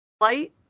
light